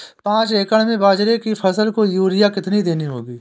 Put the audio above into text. पांच एकड़ में बाजरे की फसल को यूरिया कितनी देनी होगी?